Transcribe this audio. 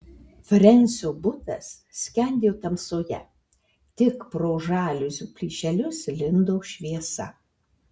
frensio butas skendėjo tamsoje tik pro žaliuzių plyšelius lindo šviesa